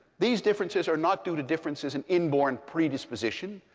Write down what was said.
these differences are not due to differences in inborn predisposition,